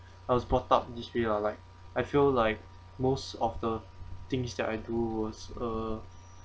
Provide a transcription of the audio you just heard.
I was brought up in this way lah like I feel like most of the things that I do was uh